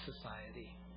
society